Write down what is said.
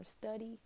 study